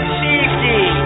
safety